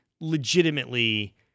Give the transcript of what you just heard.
legitimately